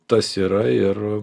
tas yra ir